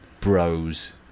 bros